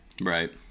right